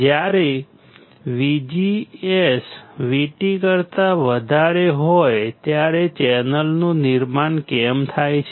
જ્યારે VGS VT કરતા વધારે હોય ત્યારે ચેનલનું નિર્માણ કેમ થાય છે